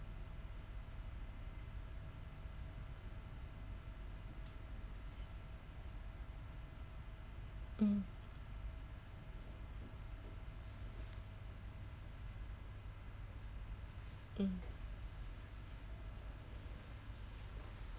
mm mm